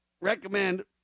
recommend